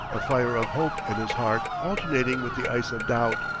a fire of hope in his heart alternating with the ice of doubt.